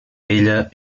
ella